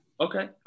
Okay